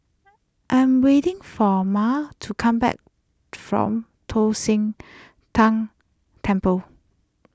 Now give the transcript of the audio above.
I am waiting for Mal to come back from Tong Sian Tng Temple